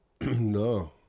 No